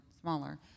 smaller